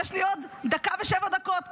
יש לי עוד דקה ושבע דקות,